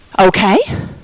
Okay